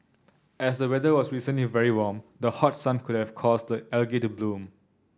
as the weather was recently very warm the hot sun could have caused the algae to bloom